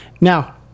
now